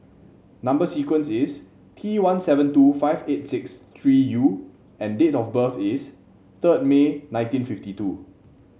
number sequence is T one seven two five eight six three U and date of birth is third May nineteen fifty two